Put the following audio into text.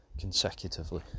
consecutively